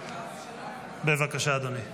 בבקשה, אדוני.